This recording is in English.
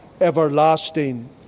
everlasting